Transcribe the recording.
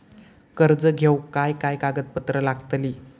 कर्ज घेऊक काय काय कागदपत्र लागतली?